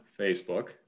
Facebook